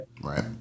right